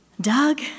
Doug